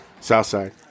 Southside